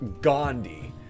Gandhi